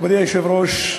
מכובדי היושב-ראש,